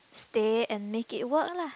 stay and make it work lah